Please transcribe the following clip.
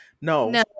no